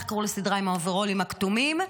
איך קראו לסדרה עם האוברולים הכתומים?